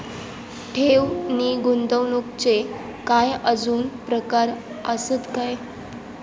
ठेव नी गुंतवणूकचे काय आजुन प्रकार आसत काय?